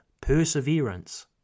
perseverance